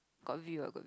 got view ah got view